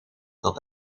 dat